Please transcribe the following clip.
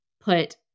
put